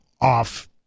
off